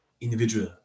individual